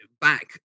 back